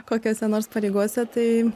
kokiose nors pareigose tai